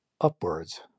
upwards